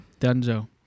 Donezo